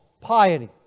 piety